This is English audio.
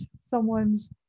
someone's